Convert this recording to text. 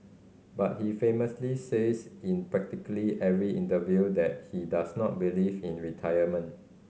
but he famously says in practically every interview that he does not believe in retirement